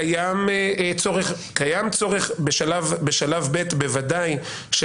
קיים צורך בשלב ב' בוודאי,